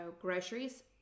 groceries